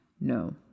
No